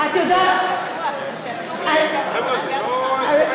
היום אין שום פקודה שאומרת שאסור לנסוע על אופניים ביד אחת,